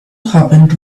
happened